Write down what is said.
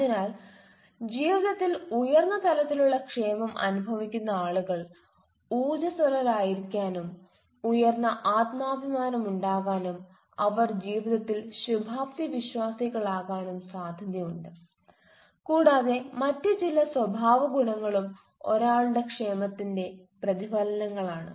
അതിനാൽ ജീവിതത്തിൽ ഉയർന്ന തലത്തിലുള്ള ക്ഷേമം അനുഭവിക്കുന്ന ആളുകൾ ഊർജ്ജസ്വലരായിരിക്കാനും ഉയർന്ന ആത്മാഭിമാനമുണ്ടാകാനും അവർ ജീവിതത്തിൽ ശുഭാപ്തി വിശ്വാസികളാകാനും സാധ്യതയുണ്ട് കൂടാതെ മറ്റ് ചില സ്വഭാവഗുണങ്ങളും ഒരാളുടെ ക്ഷേമത്തിന്റെ പ്രതിഫലനങ്ങളാണ്